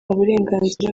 burenganzira